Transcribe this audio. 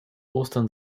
ostern